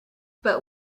but